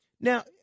Now